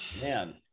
Man